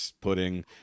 pudding